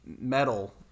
metal